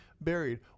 buried